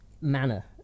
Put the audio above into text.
manner